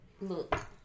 look